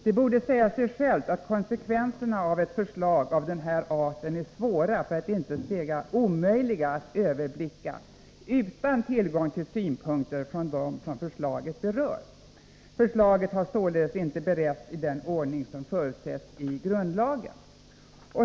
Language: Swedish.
Det borde säga sig självt att konsekvenserna av ett förslag av den här arten är svåra, för att inte säga omöjliga, att överblicka utan tillgång till synpunkter från dem som förslaget berör. Förslaget har således inte beretts i den ordning som förutsätts i grundlagen.